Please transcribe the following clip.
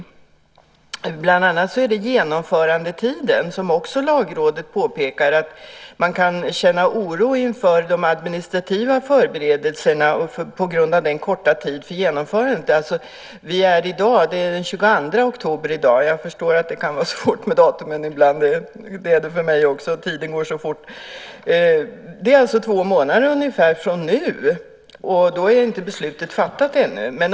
Det gäller bland annat genomförandetiden. Lagrådet påpekar också att man kan känna oro inför de administrativa förberedelserna på grund av den korta tiden för genomförandet. Det är i dag den 22 oktober. Jag kan förstå att det kan vara svårt med datumen ibland. Det är det för mig också, tiden går så fort. Det är ungefär två månader från nu, och då är beslutet inte fattat ännu.